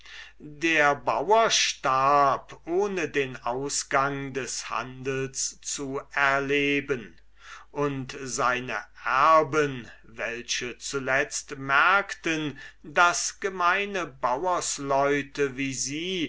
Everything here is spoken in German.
der bauer starb endlich ohne den ausgang des handels zu erleben und seine erben welche zuletzt merkten daß arme bauersleute wie sie